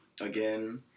again